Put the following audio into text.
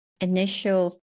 initial